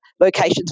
locations